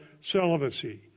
celibacy